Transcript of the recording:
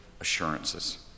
Assurances